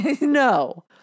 No